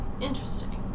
interesting